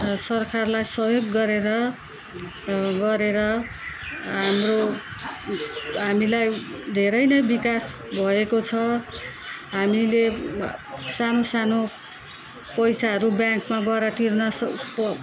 सरकारलाई सहयोग गरेर गरेर हाम्रो हामीलाई धेरै नै विकास भएको छ हामीले बा सानो सानो पैसाहरू ब्याङ्कमा गर तिर्न स प